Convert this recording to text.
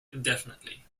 indefinitely